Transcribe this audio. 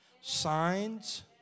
signs